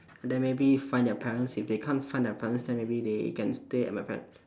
and then maybe find their parents if they can't find their parents then maybe they can stay at my parents'